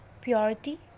Purity